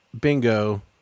bingo